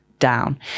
Down